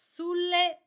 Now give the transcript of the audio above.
sulle